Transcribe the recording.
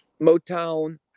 Motown